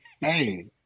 Hey